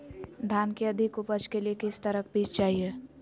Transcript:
धान की अधिक उपज के लिए किस तरह बीज चाहिए?